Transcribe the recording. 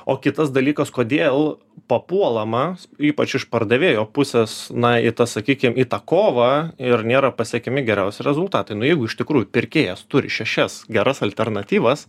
o kitas dalykas kodėl papuolama ypač iš pardavėjo pusės na sakykim į tą kovą ir nėra pasiekiami geriausi rezultatai nu jeigu iš tikrųjų pirkėjas turi šešias geras alternatyvas